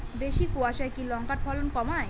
বেশি কোয়াশায় কি লঙ্কার ফলন কমায়?